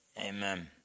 amen